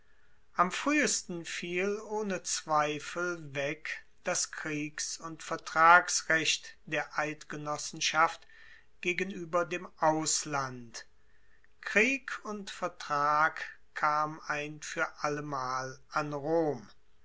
am fruehesten fiel ohne zweifel weg das kriegs und vertragsrecht der eidgenossenschaft gegenueber dem ausland krieg und vertrag kam ein fuer allemal an rom